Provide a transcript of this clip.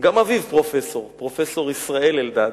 גם אביו פרופסור, פרופסור ישראל אלדד.